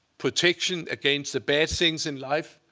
protection against the bad things in life,